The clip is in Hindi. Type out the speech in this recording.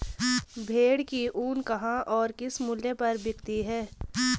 भेड़ की ऊन कहाँ और किस मूल्य पर बिकती है?